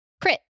Crit